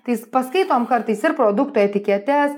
tais paskaitom kartais ir produktų etiketes